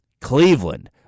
Cleveland